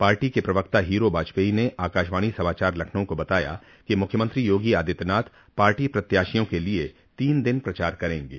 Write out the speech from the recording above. party के प्रवक्ता हीरो वाजपेयी ने आकाशवाणी समाचार लखनऊ को बताया कि मुख्यमंत्री योगी आदित्यनाथ पार्टी प्रत्याशियों के लिये तीन दिन प्रचार करेंगे